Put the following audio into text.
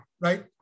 right